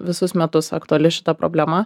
visus metus aktuali šita problema